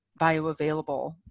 bioavailable